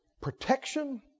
Protection